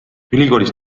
ülikoolis